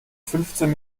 fünfzehn